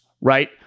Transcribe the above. right